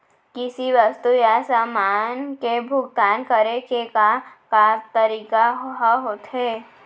किसी वस्तु या समान के भुगतान करे के का का तरीका ह होथे?